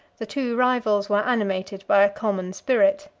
the two rivals were animated by a common spirit.